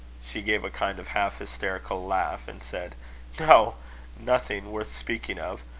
she gave a kind of half-hysterical laugh, and said no nothing worth speaking of.